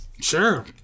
Sure